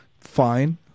fine